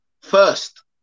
first